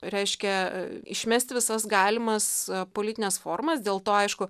reiškia išmesti visas galimas politines formas dėl to aišku